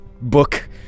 book